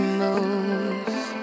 moves